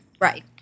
Right